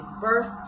birth